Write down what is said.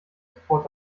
sofort